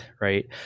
right